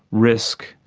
risk,